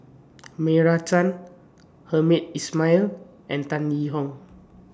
Meira Chand Hamed Ismail and Tan Yee Hong